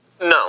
No